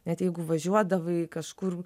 net jeigu važiuodavai kažkur